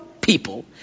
people